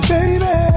Baby